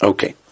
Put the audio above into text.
Okay